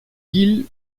guil